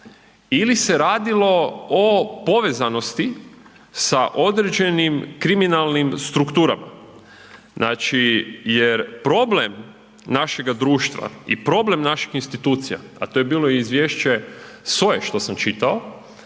ili se radilo o povezanosti sa određenim kriminalnim strukturama, znači, jer problem našega društva i problem naših institucija, a to je bilo i Izvješće SOA-e što sam čitao.